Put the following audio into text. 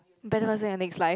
better person in the next life